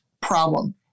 problem